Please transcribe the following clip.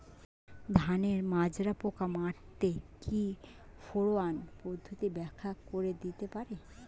ধানের মাজরা পোকা মারতে কি ফেরোয়ান পদ্ধতি ব্যাখ্যা করে দিতে পারে?